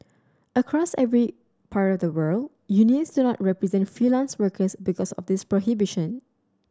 across every part of the world unions do not represent freelance workers because of this prohibition